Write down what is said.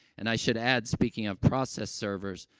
and i should add, speaking of process servers,